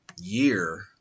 year